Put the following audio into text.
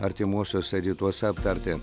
artimuosiuose rytuose aptarti